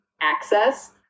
access